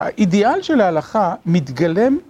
האידיאל של ההלכה מתגלם.